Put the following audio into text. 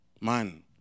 man